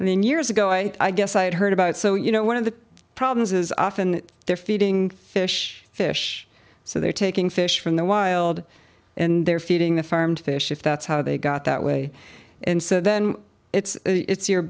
then years ago i guess i'd heard about it so you know one of the problems is often they're feeding fish fish so they're taking fish from the wild and they're feeding the farmed fish if that's how they got that way and so then it's